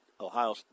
Ohio